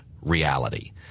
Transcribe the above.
reality